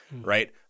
right